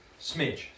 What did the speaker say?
smidge